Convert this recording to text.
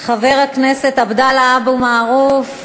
חבר הכנסת עבדאללה אבו מערוף,